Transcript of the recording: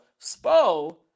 Spo